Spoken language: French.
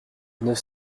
neuf